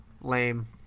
Lame